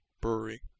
Brewery